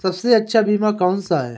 सबसे अच्छा बीमा कौनसा है?